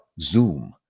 Zoom